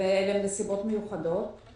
ואלה נסיבות מיוחדות.